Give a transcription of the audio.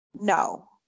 No